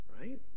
right